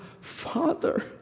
Father